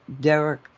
Derek